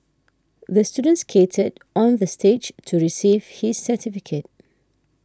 the student skated on the stage to receive his certificate